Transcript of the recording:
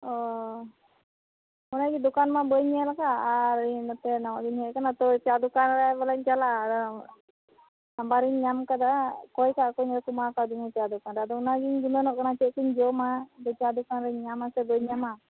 ᱚ ᱚᱱᱟᱜᱮ ᱫᱚᱠᱟᱱ ᱢᱟ ᱵᱟᱹᱧ ᱧᱮᱞ ᱟᱠᱟᱫ ᱟᱨ ᱤᱧ ᱱᱚᱛᱮ ᱱᱟᱣᱟ ᱜᱮᱧ ᱦᱮᱡ ᱟᱠᱟᱱᱟ ᱛᱚ ᱪᱟ ᱫᱚᱠᱟᱱ ᱨᱮ ᱢᱟᱱᱮᱧ ᱪᱟᱞᱟᱜᱼᱟ ᱟᱫᱚ ᱱᱟᱢᱵᱟᱨᱤᱧ ᱧᱟᱢ ᱟᱠᱟᱫᱟ ᱠᱚᱭ ᱟᱠᱟᱫ ᱠᱚᱭᱟᱹᱧ ᱟᱫᱚ ᱠᱚ ᱮᱢᱟᱣ ᱟᱠᱟᱫᱤᱧᱟ ᱪᱟ ᱫᱚᱠᱟᱱ ᱨᱮ ᱟᱫᱚ ᱚᱱᱟ ᱜᱮᱧ ᱜᱩᱱᱟᱹᱱᱚᱜ ᱠᱟᱱᱟ ᱪᱮᱫ ᱠᱚᱧ ᱡᱚᱢᱟ ᱚᱸᱰᱮ ᱪᱟ ᱫᱚᱠᱟᱱ ᱨᱤᱧ ᱧᱟᱢᱟ ᱥᱮ ᱵᱟᱹᱧ ᱧᱟᱢᱟ